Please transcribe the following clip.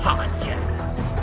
Podcast